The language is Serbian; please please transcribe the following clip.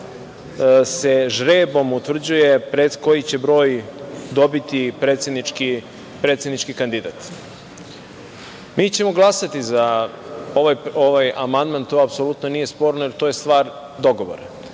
se žrebom utvrđuje koji će broj dobiti predsednički kandidat. Mi ćemo glasati za ovaj amandman, to apsolutno nije sporno, jer to je stvar dogovora.